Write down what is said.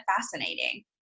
fascinating